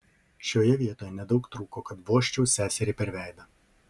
šioje vietoje nedaug trūko kad vožčiau seseriai per veidą